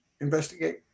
investigate